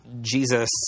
Jesus